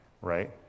right